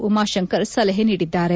ಉಮಾಶಂಕರ್ ಸಲಹೆ ನೀಡಿದ್ದಾರೆ